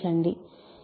ఇప్పుడు ఇది ab